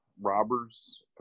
robbers